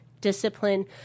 discipline